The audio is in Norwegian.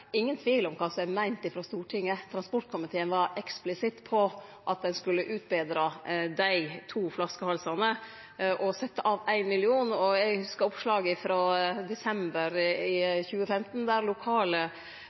ingen tvil om kva som er meint frå Stortinget. Transportkomiteen var eksplisitt på at ein skulle utbetre dei to flaskehalsane, og sette av 1 mill. kr. Eg hugsar oppslaget frå desember 2015 der lokale